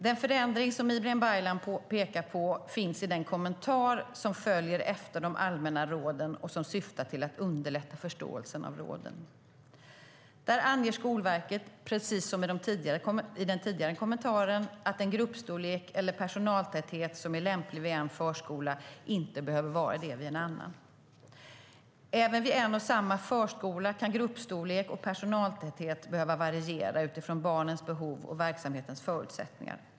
Den förändring som Ibrahim Baylan pekar på finns i den kommentar som följer efter de allmänna råden och som syftar till att underlätta förståelsen av råden . Där anger Skolverket, precis som i den tidigare kommentaren, att en gruppstorlek eller personaltäthet som är lämplig vid en förskola inte behöver vara det vid en annan. Även vid en och samma förskola kan gruppstorlek och personaltäthet behöva variera utifrån barnens behov och verksamhetens förutsättningar.